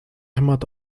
hämmert